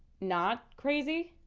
not crazy?